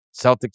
Celtics